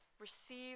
receive